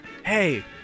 Hey